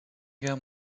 guerre